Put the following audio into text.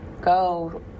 go